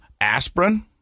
Aspirin